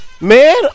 Man